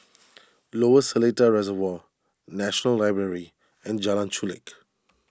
Lower Seletar Reservoir National Library and Jalan Chulek